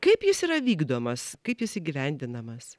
kaip jis yra vykdomas kaip jis įgyvendinamas